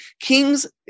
Kings